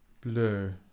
Blue